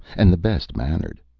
and the best-mannered.